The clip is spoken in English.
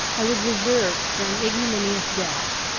i was reserved for an ignominious death.